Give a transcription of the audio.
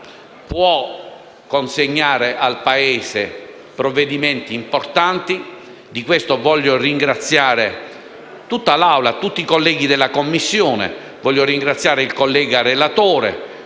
può consegnare al Paese provvedimenti importanti e di questo voglio ringraziare tutta l'Assemblea, tutti i colleghi della Commissione, il relatore